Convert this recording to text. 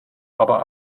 aber